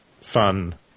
fun